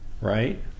right